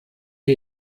ihr